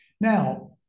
Now